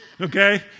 Okay